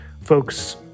folks